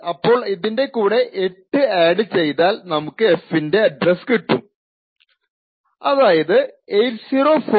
അപ്പോൾ ഇതിൻറെ കൂടെ 8 ആഡ് ചെയ്താ നമുക്ക് f ൻറെ അഡ്രസ് കിട്ടും അതായത് 804B050